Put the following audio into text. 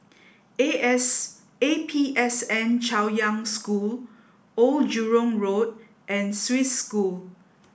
A S A P S N Chaoyang School Old Jurong Road and Swiss School